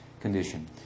condition